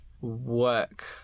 work